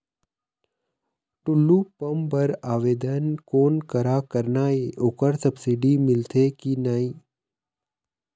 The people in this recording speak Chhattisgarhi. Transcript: टुल्लू पंप बर आवेदन कोन करा करना ये ओकर सब्सिडी मिलथे की नई?